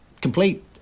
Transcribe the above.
complete